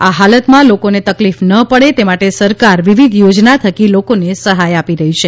આ હાલતમાં લોકોને તકલીફ ન પડે તે માટે સરકાર વિવિધ યોજના થકી લોકોને સહાય આપી રહી છે